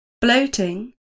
Bloating